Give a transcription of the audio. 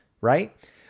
Right